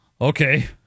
Okay